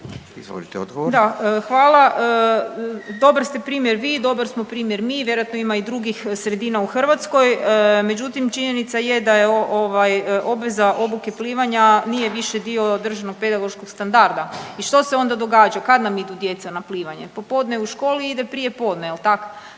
(SDP)** Da, hvala. Dobar ste primjer vi, dobar smo primjer mi, vjerojatno ima i drugih sredina u Hrvatskoj. Međutim, činjenica je da je ovaj obveza obuke plivanja nije više državnog pedagoškog standarda. I što se onda događa, kad nam idu djeca na plivanje? Popodne je u školi, ide prijepodne jel tak?